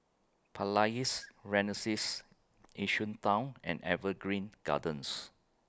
Palais Renaissance Yishun Town and Evergreen Gardens